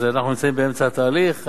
אנחנו נמצאים באמצע התהליך,